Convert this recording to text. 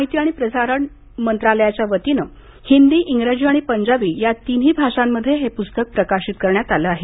माहिती आणि प्रसारण मंत्रालयाच्यावतीनं हिंदी इंग्रजी आणि पंजाबी या तीन भाषांमध्ये हे पुस्तक प्रकाशित करण्यात आलं आहे